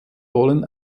wollen